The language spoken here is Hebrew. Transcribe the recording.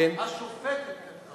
השופטת כתבה